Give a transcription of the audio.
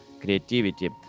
creativity